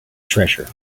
treasure